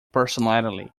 personality